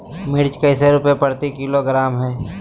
मिर्च कैसे रुपए प्रति किलोग्राम है?